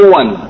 one